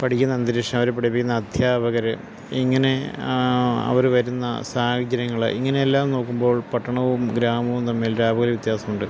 പഠിക്കുന്ന അന്തരീക്ഷം അവരെ പഠിപ്പിക്കുന്ന അധ്യാപകർ ഇങ്ങനെ അവർ വരുന്ന സാഹചര്യങ്ങൾ ഇങ്ങനെല്ലാം നോക്കുമ്പോൾ പട്ടണവും ഗ്രാമവും തമ്മിൽ രാവുപകൽ വ്യത്യാസമുണ്ട്